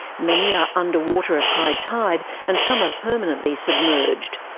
many are underwater at high tide and some are permanently submerged.